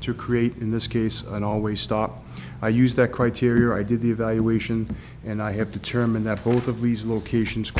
to create in this case and always stop i use that criteria i did the evaluation and i have to determine that both of these locations